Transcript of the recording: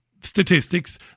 statistics